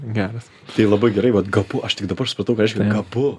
geras tai labai gerai vat gabu aš tik dabar supratau ką reiškia gabu